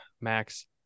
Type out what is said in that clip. max